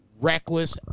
reckless